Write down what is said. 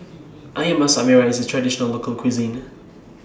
Ayam Masak Merah IS A Traditional Local Cuisine